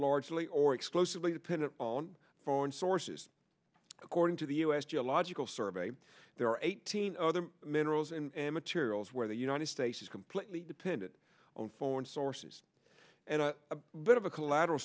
largely or explosively dependent on foreign sources according to the u s geological survey there are eighteen other minerals and materials where the united states is completely dependent on foreign sources and a bit of a collateral